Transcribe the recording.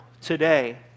today